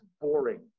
boring